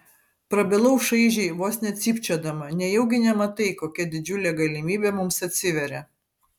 prabilau šaižiai vos ne cypčiodama nejaugi nematai kokia didžiulė galimybė mums atsiveria